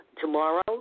Tomorrow